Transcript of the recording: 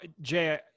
Jay